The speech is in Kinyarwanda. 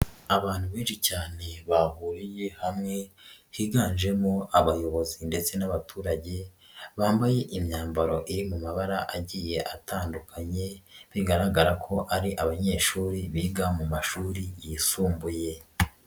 Abantu benshi cyane bahuriye hamwe higanjemo abayobozi ndetse n'abaturage bambaye imyambaro iri mu mabara agiye atandukanye bigaragara ko ari abanyeshuri biga mu mashuri yisumbuye.